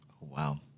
Wow